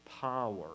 power